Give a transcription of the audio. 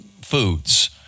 foods